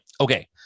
Okay